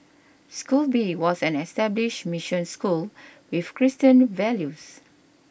school B was an established mission school with Christian values